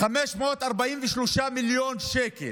543 מיליון שקל,